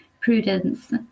prudence